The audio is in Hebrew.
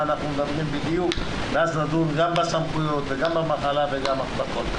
אנחנו מדברים בדיוק ואז נדון גם בסמכויות וגם במחלה וגם בכל.